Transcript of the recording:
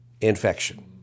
Infection